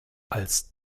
als